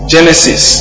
Genesis